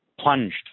plunged